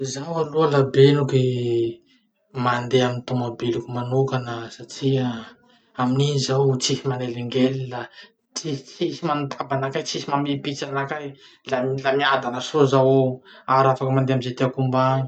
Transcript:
Zaho aloha la benoky mandeha amy tomobiliko manokana satria amin'igny zao tsy misy manelingelina. Tsisy manakotaba anakay, tsisy mamipitsy anakahy, la m- la miadana sao ao. Araky afaky mandeha amy ze tiako homba any.